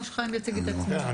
או שחיים יציג את עצמו.